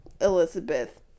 Elizabeth